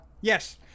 Yes